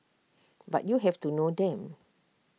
but you have to know them